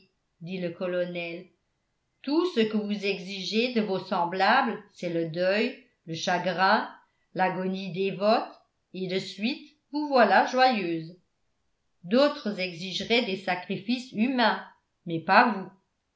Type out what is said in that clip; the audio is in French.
dit le colonel tout ce que vous exigez de vos semblables c'est le deuil le chagrin l'agonie dévote et de suite vous voilà joyeuse d'autres exigeraient des sacrifices humains mais pas vous